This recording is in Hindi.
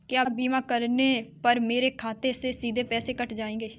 क्या बीमा करने पर मेरे खाते से सीधे पैसे कट जाएंगे?